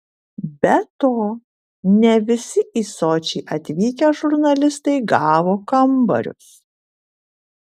be to ne visi į sočį atvykę žurnalistai gavo kambarius